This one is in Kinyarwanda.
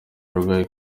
arwaye